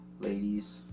ladies